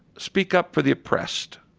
speak up for the oppressed,